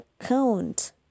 account